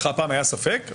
לך פעם היה ספק?